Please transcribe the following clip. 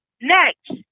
next